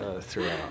throughout